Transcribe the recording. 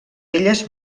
elles